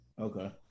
Okay